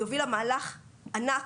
היא הובילה מהלך ענק,